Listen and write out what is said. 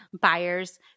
buyers